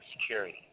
security